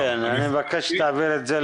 כן, אני מבקש שתעביר את זה